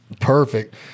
Perfect